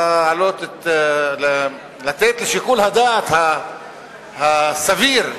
לתת לשיקול הדעת הסביר,